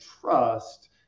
trust